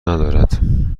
ندارد